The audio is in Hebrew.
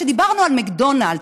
כשדיברנו על מקדונלד'ס,